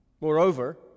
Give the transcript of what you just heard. Moreover